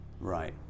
Right